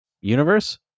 universe